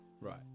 Right